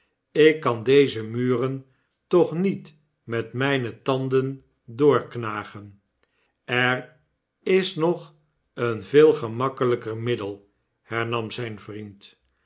ik kan deze muren toch niet met mijne tanden doorknagen er is nog een veel gemakkelijker middel hernam zijn vriend